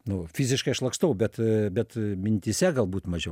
nu fiziškai aš lakstau bet bet mintyse galbūt mažiau